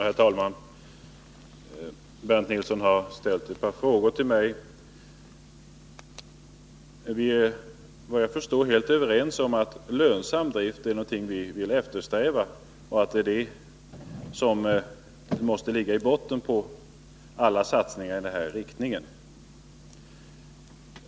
Herr talman! Bernt Nilsson ställde ett par frågor till mig, och jag vill anknyta till dem. Vi är efter vad jag förstår helt överens om att lönsam drift är någonting som vi vill eftersträva och att lönsamheten är det som måste ligga i botten på alla satsningar i den här riktningen.